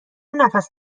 نفس